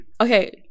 okay